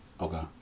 Okay